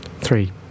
Three